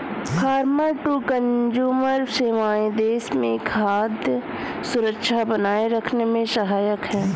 farmer to consumer सेवाएं देश में खाद्य सुरक्षा बनाए रखने में सहायक है